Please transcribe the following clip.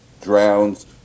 drowns